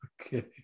Okay